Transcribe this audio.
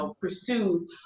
pursue